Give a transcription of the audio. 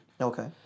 Okay